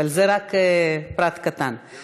זה רק פרט קטן.